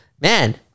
man